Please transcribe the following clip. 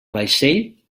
vaixell